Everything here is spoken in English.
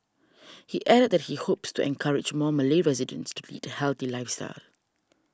he added that he hopes to encourage more Malay residents to lead a healthy lifestyle